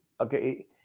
okay